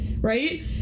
right